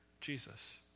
Jesus